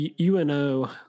uno